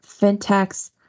fintechs